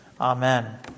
Amen